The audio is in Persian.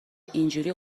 اینجوری